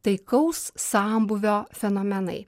taikaus sambūvio fenomenai